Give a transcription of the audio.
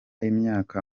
imyaka